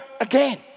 again